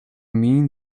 mean